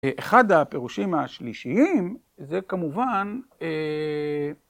אחד הפירושים השלישיים זה כמובן